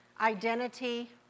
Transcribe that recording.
identity